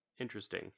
Interesting